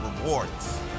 rewards